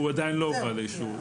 הוא לא הובא לאישור.